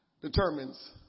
determines